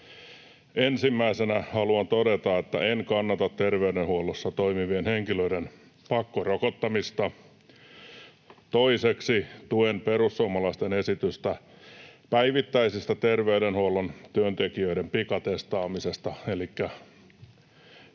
Ensimmäisenä haluan todeta, että en kannata terveydenhuollossa toimivien henkilöiden pakkorokottamista. Toiseksi tuen perussuomalaisten esitystä päivittäisestä terveydenhuollon työntekijöiden pikatestaamisesta